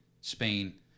Spain